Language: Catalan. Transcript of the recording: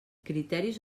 criteris